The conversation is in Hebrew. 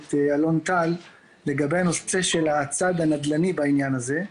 הכנסת אלון טל לגבי הנושא של הצד הנדל"ני בעניין הזה,